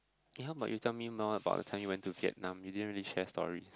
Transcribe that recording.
eh how about you tell me more about the time you went to Vietnam you didn't really share story